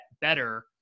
better